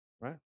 right